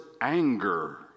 anger